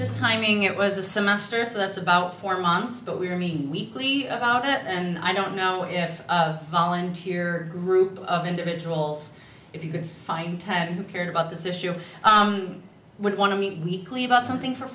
just timing it was a semester so that's about four months that we're meet weekly about it and i don't know if the volunteer group of individuals if you could find ten who cared about this issue would want to meet weekly about something for